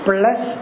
Plus